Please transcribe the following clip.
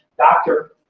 doctor,